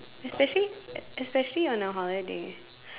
especially especially on our holidays